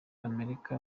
amerika